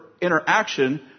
interaction